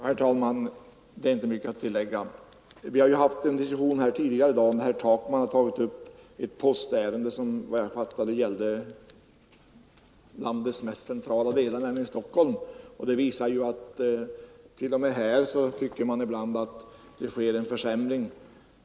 Herr talman! Det är inte mycket att tillägga. Vid en tidigare diskussion i dag tog herr Takman upp ett postärende som gällde en av landets mest centrala delar, nämligen Stockholm. Det visar att man t.o.m. här ibland tycker att det sker försämringar.